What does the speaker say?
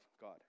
God